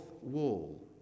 wall